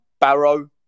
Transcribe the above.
Barrow